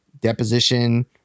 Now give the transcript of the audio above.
deposition